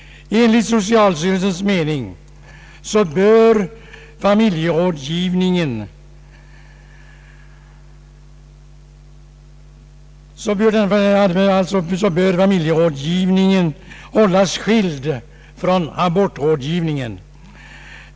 Enligt socialstyrelsens mening bör familjerådgivningen hållas skild från abortrådgivningen.